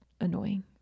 annoying